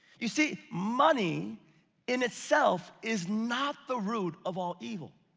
you see, money in itself is not the root of all evil.